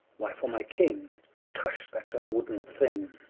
why for my king tush, that's a woodden thing